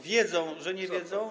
wiedzą, że nie wiedzą.